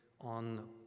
on